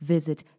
Visit